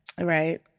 right